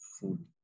food